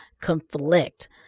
conflict